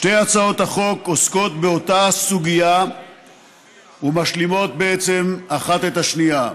שתי הצעות החוק עוסקות באותה הסוגיה ומשלימות בעצם אחת את השנייה.